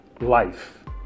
life